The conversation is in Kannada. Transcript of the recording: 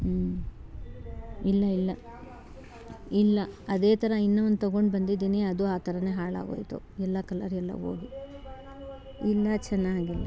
ಹ್ಞೂ ಇಲ್ಲ ಇಲ್ಲ ಇಲ್ಲ ಅದೇ ಥರ ಇನ್ನೂ ಒಂದು ತೊಗೊಂಡು ಬಂದಿದ್ದೀನಿ ಅದು ಆ ಥರವೇ ಹಾಳಾಗೋಯ್ತು ಎಲ್ಲ ಕಲರರ್ಯೆಲ್ಲ ಹೋಗಿ ಇಲ್ಲ ಚೆನ್ನಾಗಿಲ್ಲ